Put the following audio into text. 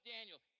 Daniel